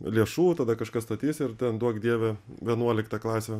lėšų tada kažkas statys ir ten duok dieve vienuolikta klasė